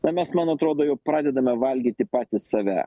čia mes man atrodo jau pradedame valgyti patys save